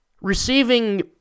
receiving